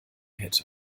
hätte